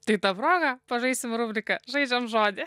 tai ta proga pažaisim rubriką žaidžiam žodį